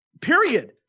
Period